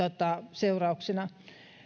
seurauksena